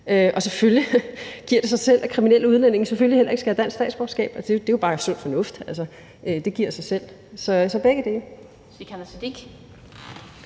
Og selvfølgelig giver det sig selv, at kriminelle udlændinge selvfølgelig heller ikke skal have dansk statsborgerskab. Det er bare sund fornuft. Altså, det giver sig selv. Så det er begge dele.